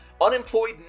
Unemployed